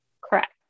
Correct